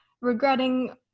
regretting